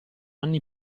anni